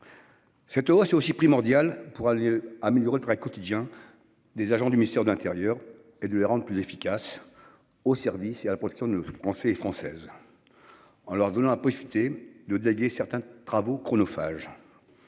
Cette hausse est aussi primordial pour aller améliorer train quotidien des agents du ministère de l'Intérieur et de les rendre plus efficace. Au service et à la production de Français et Françaises. En leur donnant la possibilité de déléguer certains travaux chronophage.